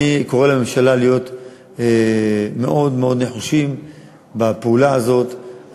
אני קורא לממשלה להיות מאוד מאוד נחושה בפעולה הזאת,